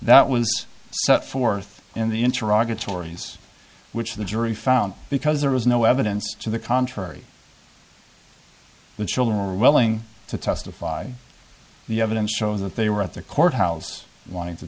that was set forth in the interocular stories which the jury found because there was no evidence to the contrary the children were willing to testify the evidence shows that they were at the courthouse want